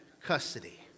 custody